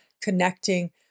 connecting